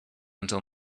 until